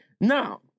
Now